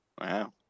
Wow